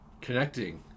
connecting